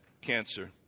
cancer